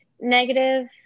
negative